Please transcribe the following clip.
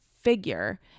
figure